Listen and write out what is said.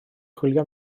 chwilio